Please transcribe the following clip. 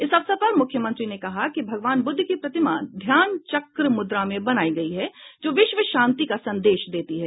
इस अवसर पर मुख्यमंत्री ने कहा कि भगवान बुद्ध की प्रतिमा ध्यानचक्र मुद्रा में बनाई गयी है जो विश्व शांति का संदेश देती है